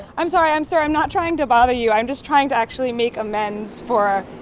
i'm sorry. i'm sorry. i'm not trying to bother you. i'm just trying to actually make amends for,